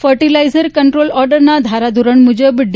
fertiliser control ઓર્ડરના ધારાધોરણ મુજબ ડી